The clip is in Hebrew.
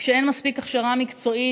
כשאין מספיק הכשרה מקצועית,